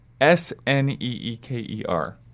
S-N-E-E-K-E-R